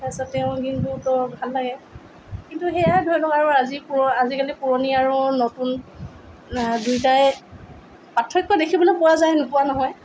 তাৰপাছত তেওঁক কিন্তু বৰ ভাল লাগে কিন্তু সেইয়াই ধৰি লওক আৰু আজি আজিকালি পুৰণি আৰু নতুন দুইটাৰে পাৰ্থক্য দেখিবলৈ পোৱা যায় নোপোৱা নহয়